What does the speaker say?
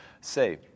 Say